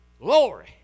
Glory